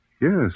Yes